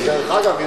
דרך אגב,